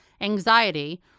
anxiety